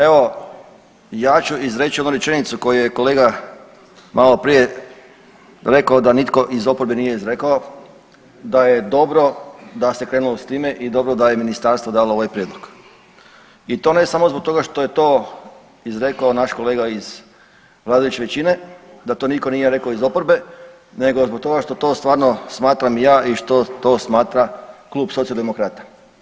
Evo ja ću izreći onu rečenicu koju je kolega maloprije rekao da nitko iz oporbe nije izrekao da je dobro da se krenulo s time i dobro da je ministarstvo dalo ovaj prijedlog i to ne samo zbog toga što je to izrekao naš kolega iz vladajuće većine, da to niko nije reko iz oporbe nego zbog toga što to stvarno smatram ja i što to smatra Klub Socijaldemokrata.